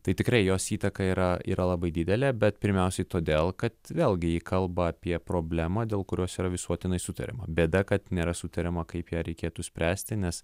tai tikrai jos įtaka yra yra labai didelė bet pirmiausiai todėl kad vėlgi ji kalba apie problemą dėl kurios yra visuotinai sutariama bėda kad nėra sutariama kaip ją reikėtų spręsti nes